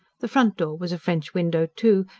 the front door was a french window, too,